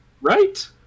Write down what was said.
Right